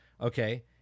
okay